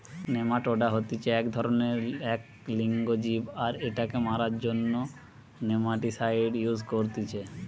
nematoda হতিছে এক ধরণেরএক লিঙ্গ জীব আর এটাকে মারার জন্য নেমাটিসাইড ইউস করতিছে